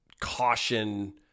caution